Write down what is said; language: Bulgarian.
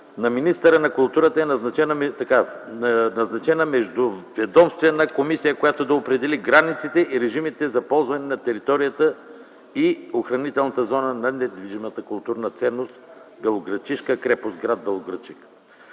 на министъра на културата е назначена междуведомствена комисия, която да определи границите и режимите за ползване на територията и охранителната зона на недвижимата културна ценност Белоградчишка крепост - гр. Белоградчик.